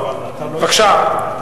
אדוני היושב-ראש,